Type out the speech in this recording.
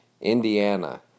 Indiana